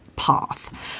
path